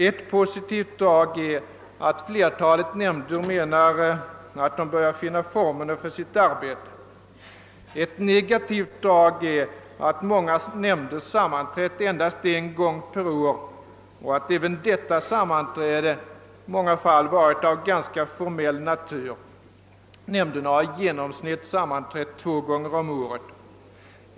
Ett positivt drag är att flertalet nämnder anser sig börja finna formerna för sitt arbete. Ett negativt drag är att många nämnder har sammanträtt endast en gång per år och att även detta enda sammanträde i många fall varit av ganska formell natur. I genomsnitt har nämnderna sammanträtt två gånger om året.